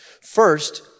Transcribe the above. First